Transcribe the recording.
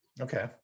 Okay